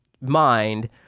mind